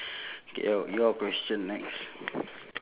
K your your question next